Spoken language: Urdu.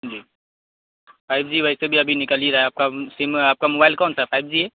جی فائیو جی ویسے بھی ابھی نکل ہی رہا ہے آپ کا سم آپ کا موبائل کون سا ہے فائیو جی ہے